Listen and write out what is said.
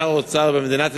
שר אוצר במדינת ישראל,